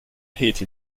hit